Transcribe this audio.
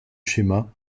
schéma